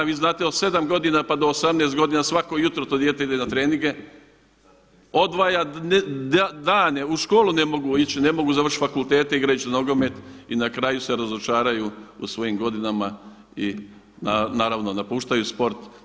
Vi znate od 7 godina pa do 18 godina svako jutro to dijete ide na treninge, odvaja dane, u školu ne mogu ići, ne mogu završiti fakultete igrajući nogomet i na kraju se razočaraju u svojim godinama i naravno napuštaju sport.